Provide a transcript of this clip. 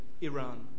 Iran